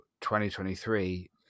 2023